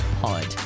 Pod